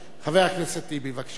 חבר הכנסת טיבי, בבקשה דוקטור.